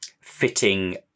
fitting